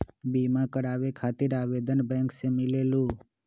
बिमा कराबे खातीर आवेदन बैंक से मिलेलु?